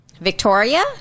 Victoria